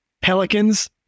Pelicans